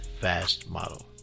Fastmodel